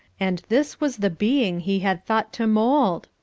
and this was the being he had thought to mould!